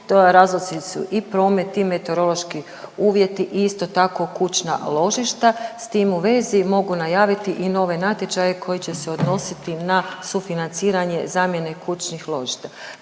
razlozi su i promet i meteorološki uvjeti i isto tako kućna ložišta. S tim u vezi mogu najaviti i nove natječaje koji će se odnositi na sufinanciranje zamjene kućnih ložišta